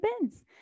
bins